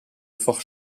fort